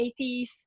1980s